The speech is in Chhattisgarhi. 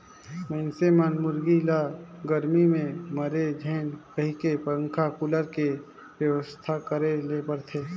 मइनसे मन मुरगी ल गरमी में मरे झेन कहिके पंखा, कुलर के बेवस्था करे ले परथे